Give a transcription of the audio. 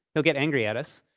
he'll get angry at us,